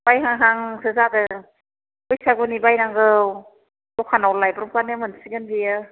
बायहांहांसो जादों बैसागुनि बायनांगौ दखानाव लायब्रबानो मोनसिगोन बेयो